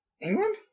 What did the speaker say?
England